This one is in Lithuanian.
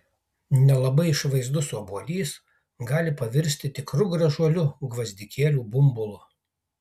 nelabai išvaizdus obuolys gali pavirsti tikru gražuoliu gvazdikėlių bumbulu